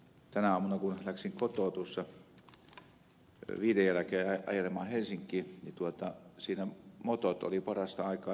tänä aamuna kun läksin kotoa tuossa viiden jälkeen ajelemaan helsinkiin niin siinä motot olivat parasta aikaa tekemässä sitä savottaa